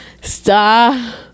Stop